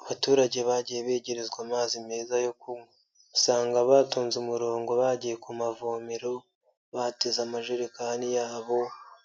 Abaturage bagiye begerezwa amazi meza yo kunnywa. Usanga batonze umurongo bagiye ku mavomero bateze amajerekani yabo